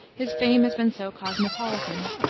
his fame has been so cosmopolitan.